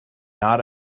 not